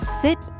sit